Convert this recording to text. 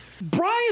Brian